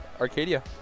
arcadia